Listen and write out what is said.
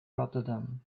rotterdam